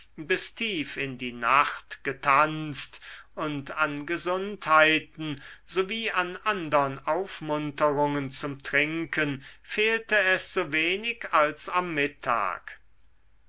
bis tief in die nacht getanzt und an gesundheiten sowie an andern aufmunterungen zum trinken fehlte es so wenig als am mittag